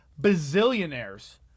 bazillionaires